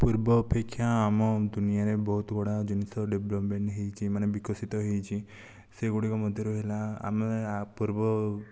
ପୂର୍ବ ଅପେକ୍ଷା ଆମ ଦୁନିଆଁରେ ବହୁତ ଗୁଡ଼ାକ ଜିନିଷ ଡେଭଲପ୍ମେଣ୍ଟ ହୋଇଛି ମାନେ ବିକଶିତ ହୋଇଛି ସେଗୁଡ଼ିକ ମଧ୍ୟରୁ ହେଲା ଆମେ ୟା ପୂର୍ବ